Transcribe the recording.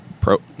Pro